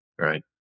right